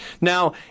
Now